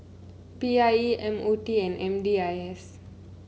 P I E M O T and M D I S